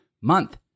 month